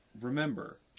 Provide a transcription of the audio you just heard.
remember